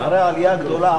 אחרי העלייה הגדולה,